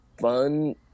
fun